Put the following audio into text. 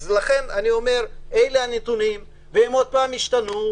אלו הנתונים והם יכולים להשתנות,